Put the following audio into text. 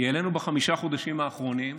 היא עלינו בחמישה החודשים האחרונים,